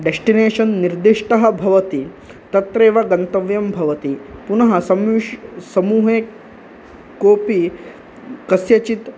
destination निर्दिष्टः भवति तत्रैव गन्तव्यं भवति पुनः संविश् समूहे कोपि कस्यचित्